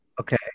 Okay